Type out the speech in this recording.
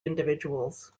individuals